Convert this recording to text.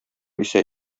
исә